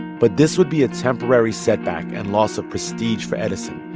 but this would be a temporary setback and loss of prestige for edison.